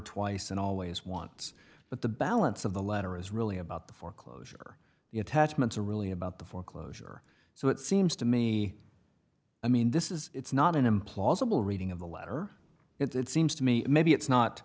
twice and always wants but the balance of the letter is really about the foreclosure the attachments are really about the foreclosure so it seems to me i mean this is it's not an implausible reading of the letter it's seems to me maybe it's not